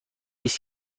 است